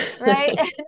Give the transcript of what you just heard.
right